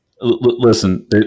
listen